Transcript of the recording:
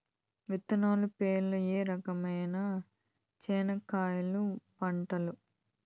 విత్తనాలు పేర్లు ఏ రకమైన చెనక్కాయలు పంటలు?